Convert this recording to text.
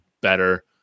better